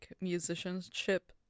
musicianship